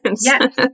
Yes